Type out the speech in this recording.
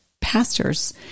pastors